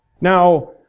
Now